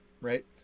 right